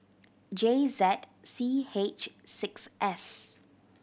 J Z C H six S